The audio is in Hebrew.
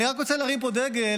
אני רק רוצה להרים פה דגל,